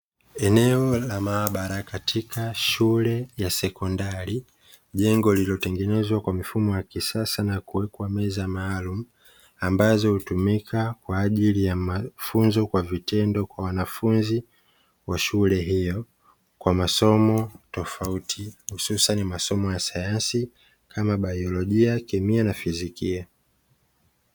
Eneo la maabara katika shule ya sekondari, jengo lililotengenezwa kwa mifumo ya kisasa na kuwekwa meza maalumu, ambazo hutumika kwa ajili ya mafunzo kwa vitendo kwa wanafunzi wa shule hiyo kwa masomo tofauti, hususani masomo ya sayansi kama: biolojia, kemia na fizikia.